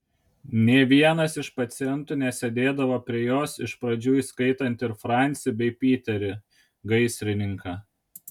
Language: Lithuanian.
nė vienas iš pacientų nesėdėdavo prie jos iš pradžių įskaitant ir francį bei piterį gaisrininką